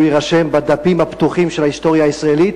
יירשם בדפים הפתוחים של ההיסטוריה הישראלית,